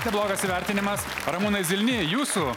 neblogas įvertinimas ramūnai zilny jūsų